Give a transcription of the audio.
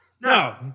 No